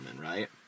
right